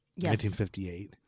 1958